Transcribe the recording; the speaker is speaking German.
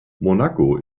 monaco